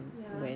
ya